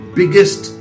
biggest